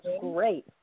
great